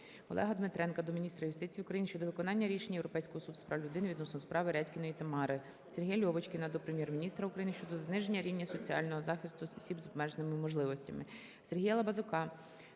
Олега Дмитренка до міністра юстиції України щодо виконання рішення Європейського суду з прав людини відносно справи Редькіної Тамари. Сергія Льовочкіна до Прем'єр-міністра України щодо зниження рівня соціального захисту осіб з обмеженими можливостями. Сергія Лабазюка